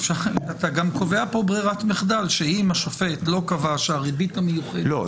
אתה גם קובע כאן ברירת מחדל שאם השופט לא קבע שהריבית המיוחדת --- לא,